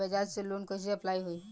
बजाज से लोन कईसे अप्लाई होई?